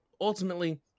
ultimately